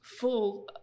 full